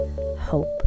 hope